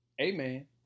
amen